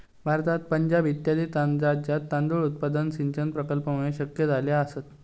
भारतात पंजाब इत्यादी राज्यांत तांदूळ उत्पादन सिंचन प्रकल्पांमुळे शक्य झाले आसा